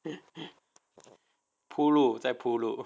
铺路在铺路